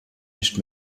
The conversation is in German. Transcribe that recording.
nicht